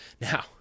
now